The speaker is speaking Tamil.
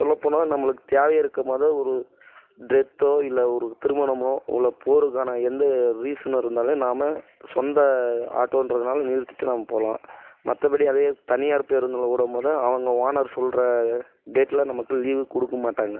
சொல்ல போனால் நம்மளுக்கு தேவை இருக்கும்போதே ஒரு டெத்தோ இல்லை ஒரு திருமணமோ இல்லை போகிறக்கான எந்த ரீசன் இருந்தாலும் நாம் சொந்த ஆட்டோகிறதுனால நிறுத்திவிட்டு நம்ம போகலாம் மற்றபடி அதே தனியார் பேருந்தில் விடும்போது அவங்க ஓனர் சொல்கிற டேட்டில் நமக்கு லீவு கொடுக்க மாட்டாங்க